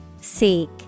Seek